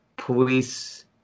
Police